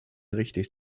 richtig